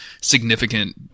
significant